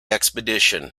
expedition